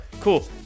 cool